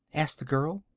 asked the girl.